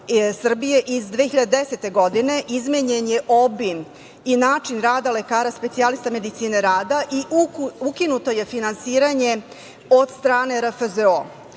iz 2010. godine izmenjen je obim i način rada lekara specijalista medicine rada i ukinuto je finansiranje od strane RFZO,